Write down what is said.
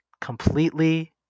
completely